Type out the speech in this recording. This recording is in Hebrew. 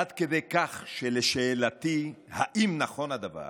עד כדי כך שלשאלתי אם נכון הדבר,